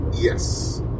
yes